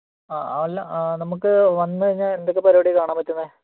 ആ അല്ല നമുക്ക് വന്നുകഴിഞ്ഞാൽ എന്തൊക്കെ പരിപാടിയാണ് കാണാൻ പറ്റുന്നത്